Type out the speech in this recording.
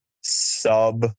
sub